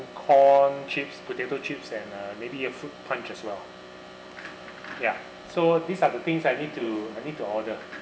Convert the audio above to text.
corn chips potato chips and uh maybe a fruit punch as well ya so these are the things I need to I need to order